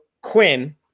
Quinn